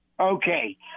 Okay